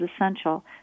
essential